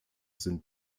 sind